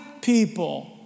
people